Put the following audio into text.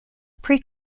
pre